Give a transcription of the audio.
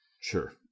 Sure